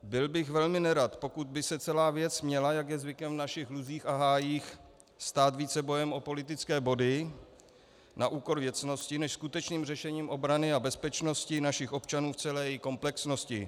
Byl bych velmi nerad, pokud by se celá věc měla, jak je zvykem v našich luzích a hájích, stát vícebojem o politické body na úkor věcnosti než skutečným řešením obrany a bezpečnosti našich občanů v celé jejich komplexnosti.